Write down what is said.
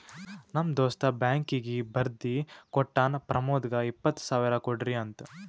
ನಮ್ ದೋಸ್ತ ಬ್ಯಾಂಕೀಗಿ ಬರ್ದಿ ಕೋಟ್ಟಾನ್ ಪ್ರಮೋದ್ಗ ಇಪ್ಪತ್ ಸಾವಿರ ಕೊಡ್ರಿ ಅಂತ್